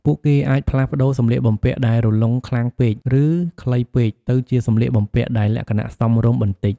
ពួកគេអាចផ្លាស់ប្តូរសម្លៀកបំពាក់ដែលរលុងខ្លាំងពេក ឬខ្លីពេកទៅជាសម្លៀកបំពាក់ដែលលក្ខណៈសមរម្យបន្តិច។